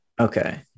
Okay